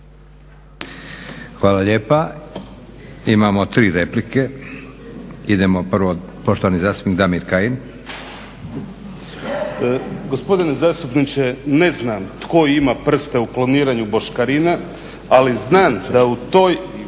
Hvala lijepa. Imamo tri replike. Idemo prvo poštovani zastupnik Damir Kajin. **Kajin, Damir (Nezavisni)** Gospodine zastupniče ne znam tko ima prste u kloniranju boškarina, ali znam da u toj